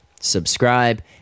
subscribe